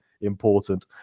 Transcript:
important